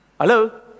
Hello